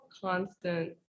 constant